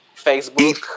Facebook